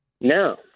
No